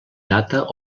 data